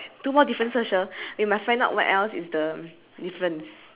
then your bowl next to the fruits is it empty